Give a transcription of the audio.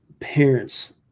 parents